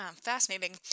fascinating